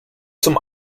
zum